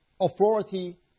authority